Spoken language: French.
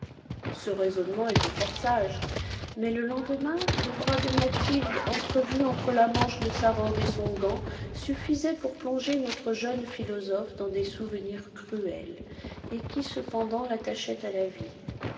ce raisonnement était fort sage mais le lendemain le bras de mathilde entrevu entre la manche de sa robe et son gant suffisait pour plonger notre jeune philosophe dans des souvenirs cruels et qui cependant l'attachaient à la vie